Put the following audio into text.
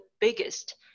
biggest